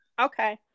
Okay